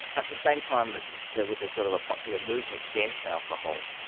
at the same time that there was a sort of a popular movement against alcohol,